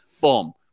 Boom